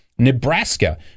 Nebraska